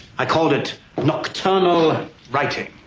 i called it nocturnal writing